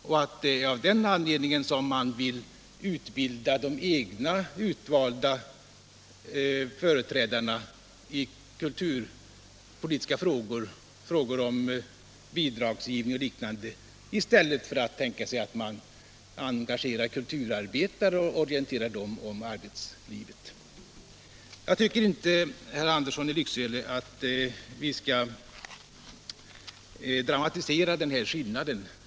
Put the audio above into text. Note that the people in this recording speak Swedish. Är det av den anledningen man vill utbilda de egna utvalda företrädarna i kulturpolitiska frågor, i spörsmål om bidragsgivning och liknande i stället för att engagera kulturarbetare och orientera dem om arbetslivet? Jag tycker inte, herr Andersson i Lycksele, att vi skall dramatisera den här skillnaden.